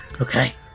okay